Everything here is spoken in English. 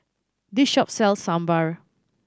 this shop sells Sambar